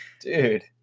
Dude